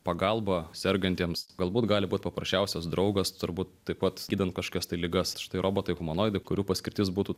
pagalba sergantiems galbūt gali būt paprasčiausias draugas turbūt taip pat gydant kažkokias tai ligas štai robotai humanoidai kurių paskirtis būtų